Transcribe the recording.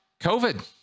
COVID